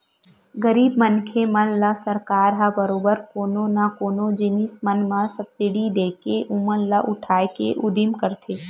गरीब मनखे मन ल सरकार ह बरोबर कोनो न कोनो जिनिस मन म सब्सिडी देके ओमन ल उठाय के उदिम करथे